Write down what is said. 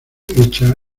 hecha